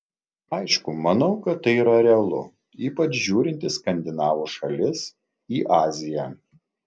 aišku manau kad tai yra realu ypač žiūrint į skandinavų šalis į aziją